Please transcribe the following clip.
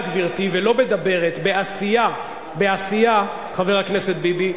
בעשייה, ולא בדבֶרֶת, בעשייה, חבר הכנסת ביבי,